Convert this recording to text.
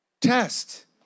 Test